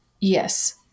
Yes